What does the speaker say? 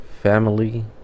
family